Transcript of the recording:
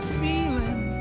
feeling